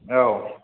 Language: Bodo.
औ